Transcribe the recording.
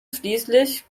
schließlich